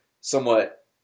somewhat